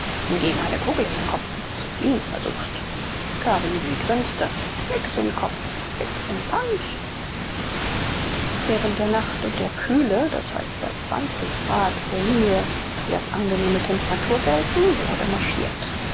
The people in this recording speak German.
hingegen eine kugel in den kopf wenn du zu fliehen versuchst karibi grinste nix in kopf fix in pans während der nacht und der kühle d h bei grad reaumur die als angenehme temperatur gelten wurde marschiert